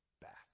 back